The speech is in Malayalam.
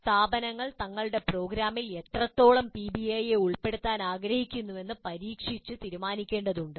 സ്ഥാപനങ്ങൾ തങ്ങളുടെ പ്രോഗ്രാമുകളിൽ എത്രത്തോളം പിബിഐയെ ഉൾപ്പെടുത്താൻ ആഗ്രഹിക്കുന്നുവെന്ന് പരീക്ഷിച്ച് തീരുമാനിക്കേണ്ടതുണ്ട്